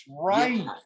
right